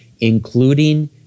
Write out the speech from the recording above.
including